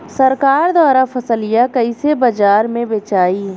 सरकार द्वारा फसलिया कईसे बाजार में बेचाई?